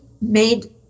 made